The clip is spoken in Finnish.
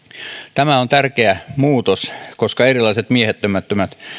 tämä on tärkeä muutos koska erilaiset miehittämättömät